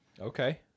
Okay